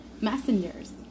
messengers